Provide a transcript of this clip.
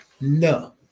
No